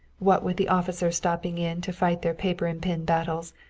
what with the officers stopping in to fight their paper-and-pin battles,